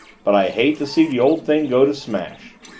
but i hate to see the old thing go to smash.